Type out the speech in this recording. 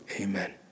amen